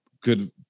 good